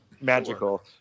magical